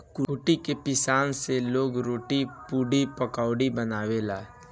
कुटू के पिसान से लोग रोटी, पुड़ी, पकउड़ी बनावेला